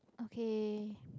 okay